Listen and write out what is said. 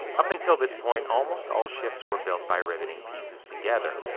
up until this point, almost all ships were built by riveting pieces together,